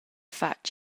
fatg